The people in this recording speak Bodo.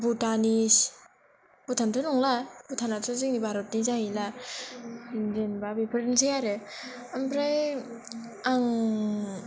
भुतानिस भुतानाथ' नंला भुतानाथ' जोंनि भारतनि जाहैला जेनबा बेफोरनोसै आरो ओमफ्राय आं